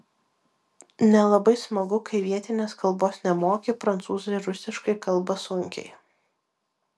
nelabai smagu kai vietinės kalbos nemoki prancūzai rusiškai kalba sunkiai